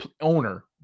owner